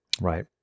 Right